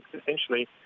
essentially